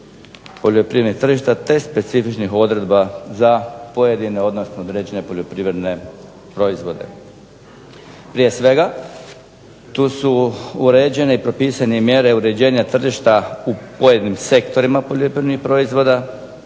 poljoprivrednih tržišta te specifičnih odredba za pojedine, odnosno određene poljoprivredne proizvode. Prije svega tu su uređene i propisane mjere uređenja tržišta u pojedinim sektorima poljoprivrednih proizvoda,